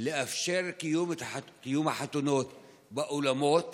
לאפשר את קיום החתונות באולמות